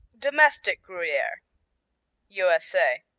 domestic gruyere u s a.